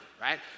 right